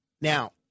Now